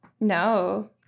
No